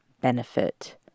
benefit